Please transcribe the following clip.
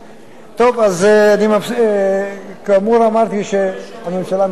טוב, אז כאמור, אמרתי שהממשלה מתנגדת לחוק.